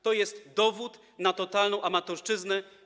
To jest dowód na totalną amatorszczyznę.